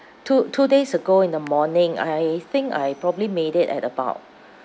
two two days ago in the morning I I think I probably made it at about